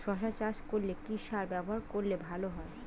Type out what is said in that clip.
শশা চাষ করলে কি সার ব্যবহার করলে ভালো হয়?